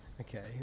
okay